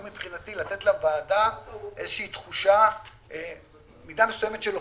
שהוא מבחינתי לתת לוועדה מידה מסוימת של אופטימיות,